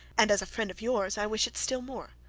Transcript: and as a friend of yours, i wish it still more.